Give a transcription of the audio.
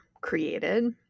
created